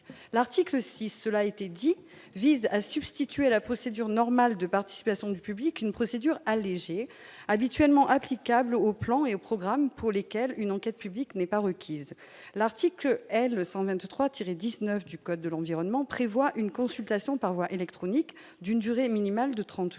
l'article si cela a été dit, vise à substituer à la procédure normale de participation du public une procédure allégée habituellement applicable aux plans et aux programmes pour lesquels une enquête publique n'est pas requise l'article L 100 même 3 tiré 19 du code de l'environnement prévoit une consultation par voie électronique, d'une durée minimale de 30 jours,